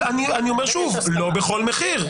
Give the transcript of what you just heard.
אני אומר שוב: לא בכל מחיר.